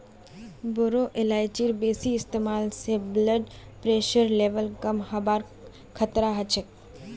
बोरो इलायचीर बेसी इस्तमाल स ब्लड प्रेशरेर लेवल कम हबार खतरा ह छेक